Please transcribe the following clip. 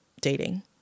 dating